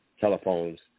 telephones